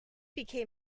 became